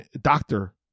Doctor